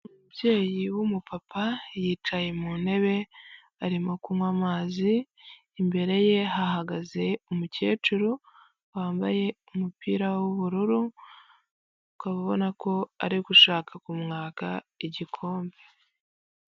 Umubyeyi w'umupapa yicaye mu ntebe arimo kunywa amazi ,imbere ye hahagaze umukecuru wambaye umupira w'ubururu ,ukabona ko ari gushaka kumwaka igikombe.